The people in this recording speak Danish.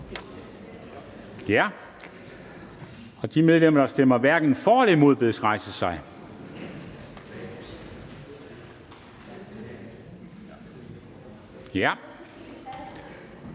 det. De medlemmer, der stemmer hverken for eller imod, bedes rejse sig. Tak